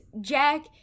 Jack